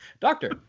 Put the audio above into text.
doctor